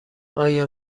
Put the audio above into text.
آیا